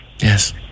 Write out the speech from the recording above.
Yes